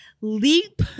leap